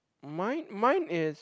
mine mine is